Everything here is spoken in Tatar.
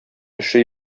эше